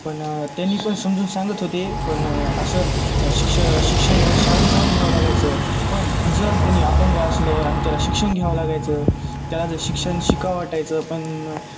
पण त्यांनी पण समजून सांगत होते पण असं शिक्ष शिक्षण शाळेत जाऊन घ्यावं लागायचं पण जर कोणी अपंग असलं आणि त्याला शिक्षण घ्यावं लागायचं त्याला जर शिक्षण शिकाव वाटायचं पण